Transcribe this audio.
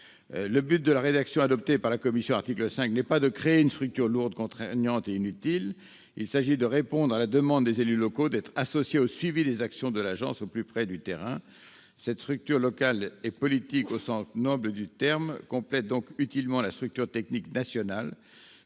Le but de la rédaction proposée pour l'article 5 par la commission n'est pas de créer une structure lourde, contraignante et inutile. Il s'agit de répondre à la demande des élus locaux d'être associés au suivi des actions de l'agence au plus près du terrain. Cette structure locale est politique au sens noble du terme. Elle complète utilement la structure technique nationale